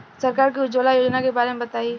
सरकार के उज्जवला योजना के बारे में बताईं?